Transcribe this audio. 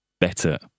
better